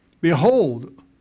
Behold